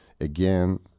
Again